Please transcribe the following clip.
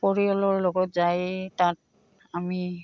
পৰিয়ালৰ লগত যায় তাত আমি